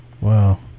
Wow